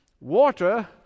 Water